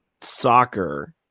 soccer